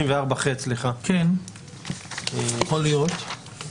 ב-134ח, סעיף קטן (א) שלא קראנו.